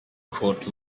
quote